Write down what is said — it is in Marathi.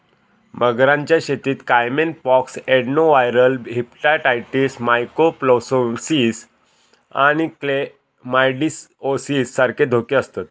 मगरांच्या शेतीत caiman pox, adenoviral hepatitis, mycoplasmosis आणि क्लेमायडिओसिस सारखे धोके आसतत